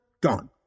gone